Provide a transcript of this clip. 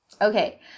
okay